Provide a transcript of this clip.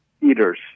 eaters